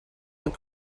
have